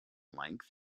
length